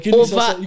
over